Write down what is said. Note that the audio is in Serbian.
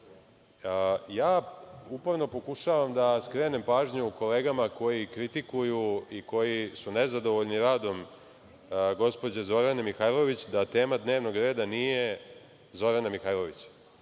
upravi. Uporno pokušavam da skrenem pažnju kolegama koji kritikuju i koji su nezadovoljni radom gospođe Zorane Mihajlović da tema dnevnog reda nije Zorana Mihajlović